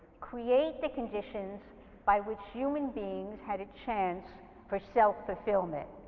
create the conditions by which human beings had a chance for self fulfillment,